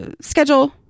schedule